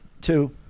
Two